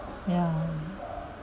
ya